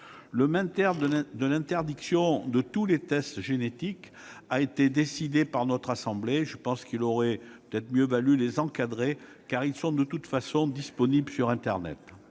Le maintien de l'interdiction de tous les tests génétiques a été décidé par notre assemblée. Je pense qu'il aurait mieux valu les encadrer, car ils sont de toute façon disponibles sur internet.